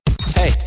Hey